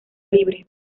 libre